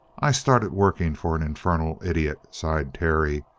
i started working for an infernal idiot, sighed terry.